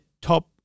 top